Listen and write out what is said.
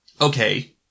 Okay